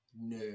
No